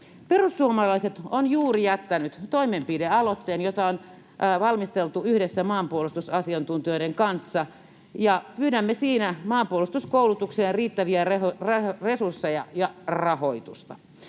Perussuomalaiset on juuri jättänyt toimenpidealoitteen, jota on valmisteltu yhdessä maanpuolustusasiantuntijoiden kanssa, ja pyydämme siinä maanpuolustuskoulutukseen riittäviä resursseja ja rahoitusta.